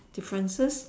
differences